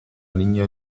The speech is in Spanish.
niña